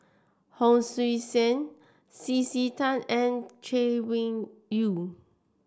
Hon Sui Sen C C Tan and Chay Weng Yew